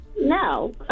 No